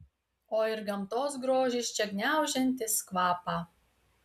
o ir gamtos grožis čia gniaužiantis kvapą